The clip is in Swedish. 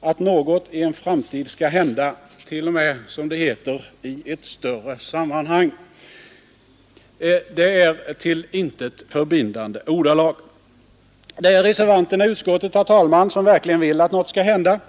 att något i en framtid skall hända t.o.m., som det heter, ”i ett större sammanhang”. Det är till intet förbindande ordalag. Det är reservanterna i utskottet, herr talman, som verkligen vill att något skall hända.